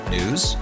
News